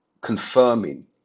confirming